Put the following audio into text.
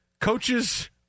Coaches